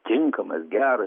tinkamas gera